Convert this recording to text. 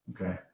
okay